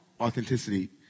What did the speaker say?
authenticity